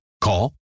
Call